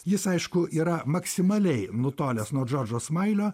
jis aišku yra maksimaliai nutolęs nuo džordžo smailio